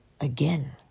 Again